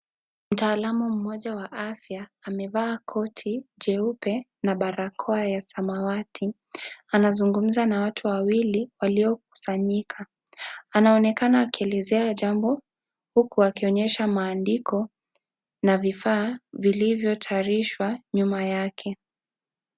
Mtaalamu mmoja wa afya amevaa koti jeupe na barakoa ya samawati. Anazungumza na watu wawili waliokusanyika. Anaonekana akielezea jambo huku akionyesha maandiko na vifaa viliyotarishwa nyuma yake.